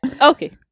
Okay